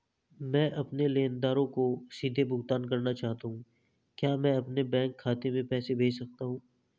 मैं अपने लेनदारों को सीधे भुगतान करना चाहता हूँ क्या मैं अपने बैंक खाते में पैसा भेज सकता हूँ?